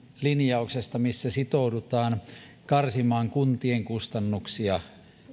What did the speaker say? linjauksesta missä sitoudutaan karsimaan kuntien kustannuksia